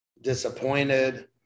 disappointed